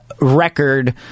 record